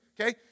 okay